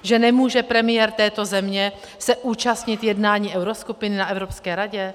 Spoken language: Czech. Že se nemůže premiér této země účastnit jednání euroskupiny na Evropské radě?